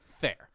Fair